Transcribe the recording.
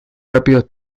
rápidos